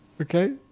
Okay